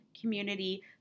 community